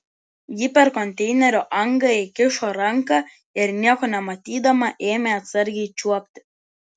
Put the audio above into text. ji per konteinerio angą įkišo ranką ir nieko nematydama ėmė atsargiai čiuopti